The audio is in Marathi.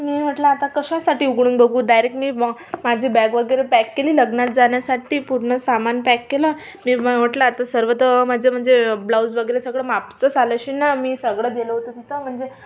मी म्हटलं आता कशासाठी उघडून बघू डायरेक मी माझी बॅग वगैरे पॅक केली लग्नात जाण्यासाठी पूर्ण सामान पॅक केलं मी म्हटलं आता सर्व तर माझ्या म्हणजे ब्लाऊज वगैरे सगळं मापाचंच आलं अशीन ना मी सगळं दिलं होतं तिथं म्हणजे